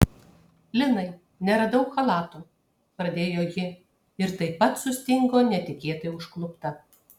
linai neradau chalato pradėjo ji ir taip pat sustingo netikėtai užklupta